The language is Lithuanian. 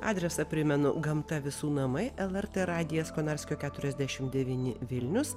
adresą primenu gamta visų namai lrt radijas konarskio keturiasdešim devyni vilnius